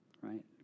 right